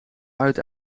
uit